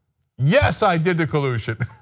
yes, i did the collusion.